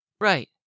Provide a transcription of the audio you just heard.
Right